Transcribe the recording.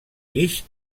guix